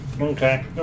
Okay